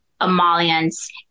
emollients